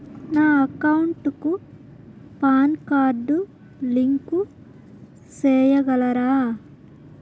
నా అకౌంట్ కు PAN card link సేయగలరా?